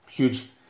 huge